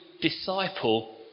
disciple